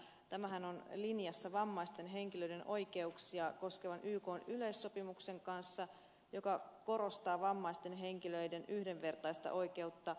tämähän on linjassa vammaisten henkilöiden oikeuksia koskevan ykn yleissopimuksen kanssa joka korostaa vammaisten henkilöiden yhdenvertaista oikeutta liikkumisvapauteen